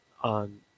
on